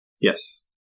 yes